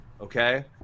Okay